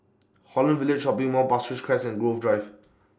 Holland Village Shopping Mall Pasir Ris Crest and Grove Drive